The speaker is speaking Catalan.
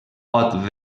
pot